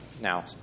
Now